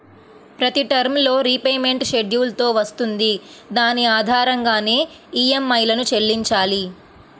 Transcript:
ప్రతి term loan repayment schedule తో వస్తుంది దాని ఆధారంగానే ఈఎంఐలను చెల్లించాలి